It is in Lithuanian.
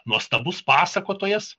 nuostabus pasakotojas